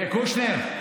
קושניר,